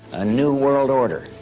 a new world order,